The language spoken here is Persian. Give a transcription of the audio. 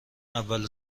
اول